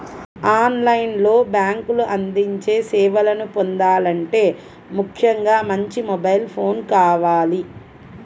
on line లో బ్యేంకులు అందించే సేవలను పొందాలంటే ముఖ్యంగా మంచి మొబైల్ ఫోన్ కావాలి